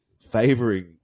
favoring